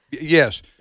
Yes